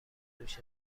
دوش